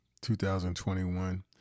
2021